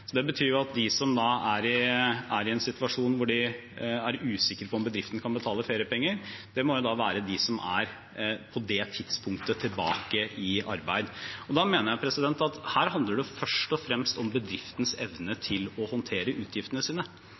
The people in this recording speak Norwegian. Det betyr at de som er i en situasjon hvor de er usikre på om bedriften kan betale feriepenger, må være de som på det tidspunktet er tilbake i arbeid. Da mener jeg at det her først og fremst handler om bedriftens evne til å håndtere utgiftene sine.